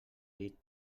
dit